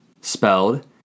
Spelled